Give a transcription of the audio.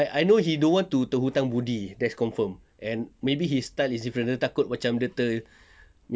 like I know he don't want to terhutang budi that's confirm and maybe his style is different dia takut macam dia ter~